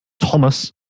Thomas